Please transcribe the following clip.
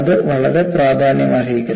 അത് വളരെ പ്രാധാന്യമർഹിക്കുന്നു